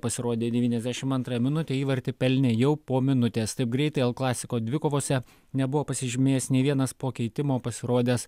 pasirodė devyniasdešim antrąją minutę įvartį pelnė jau po minutės taip greitai l klasiko dvikovose nebuvo pasižymėjęs nei vienas po keitimo pasirodęs